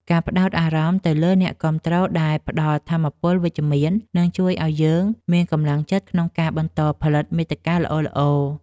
ការផ្ដោតអារម្មណ៍ទៅលើអ្នកគាំទ្រដែលផ្ដល់ថាមពលវិជ្ជមាន នឹងជួយឱ្យយើងមានកម្លាំងចិត្តក្នុងការបន្តផលិតមាតិកាល្អៗ។